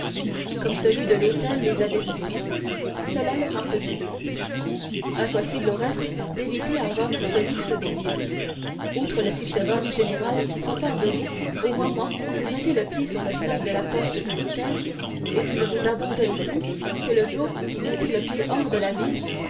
comme celui de l'hôtel les avait suivis cela leur en faisait deux impossible au reste d'éviter à rome ce luxe des guides outre le cicérone général qui s'empare de vous au moment où vous mettez le pied sur le seuil de la porte de l'hôtel et qui ne vous abandonne plus que le jour où vous mettez le pied hors de la ville